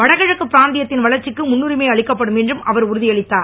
வடகிழக்கு பிராந்தியத்தின் வளர்ச்சிக்கு முன்னுரிமை அளிக்கப்படும் என்றும் அவர் உறுதியளித்தார்